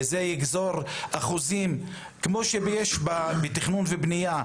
וזה יגזור אחוזים כמו שיש בתכנון ובנייה,